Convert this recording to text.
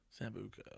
Sambuca